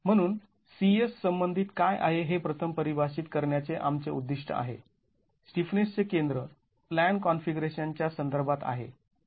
म्हणून CS संबंधित काय आहे हे प्रथम परिभाषित करण्याचे आमचे उद्दिष्ट आहे स्टिफनेसचे केंद्र प्लॅन कॉन्फिगरेशन च्या संदर्भात आहे